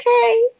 Okay